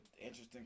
interesting